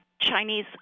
Chinese